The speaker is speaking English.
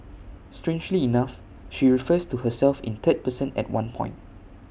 strangely enough she refers to herself in third person at one point